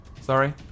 Sorry